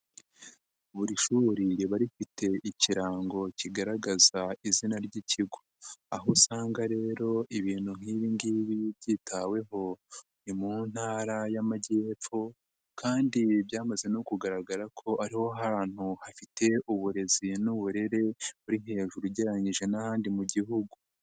Buri shuri riba rifite ikirango kigaragaza izina ry'ikigo, aho usanga rero ibintu nk'ibi ngibi byitaweho ni mu Ntara y'Amajyepfo kandi byamaze no kugaragara ko ari ho hantu hafite uburezi n'uburere buri hejuru ugereranyije n'ahandi mu Gihugu.